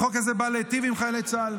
החוק הזה בא להיטיב עם חיילי צה"ל